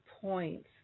points